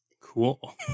Cool